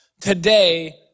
Today